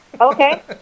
Okay